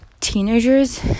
teenagers